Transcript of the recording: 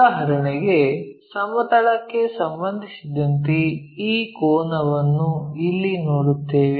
ಉದಾಹರಣೆಗೆ ಸಮತಲಕ್ಕೆ ಸಂಬಂಧಿಸಿದಂತೆ ಈ ಕೋನವನ್ನು ಇಲ್ಲಿ ನೋಡುತ್ತೇವೆ